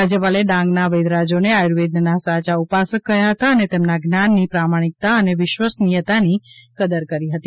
રાજ્યપાલે ડાંગના વૈધરાજોને આયુર્વેદના સાયા ઉપાસક કહ્યા હતા અને તેમના જ્ઞાનની પ્રામાણિકતા અને વિશ્વસનીયતાની કદર કરી હતી